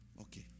Okay